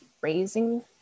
raising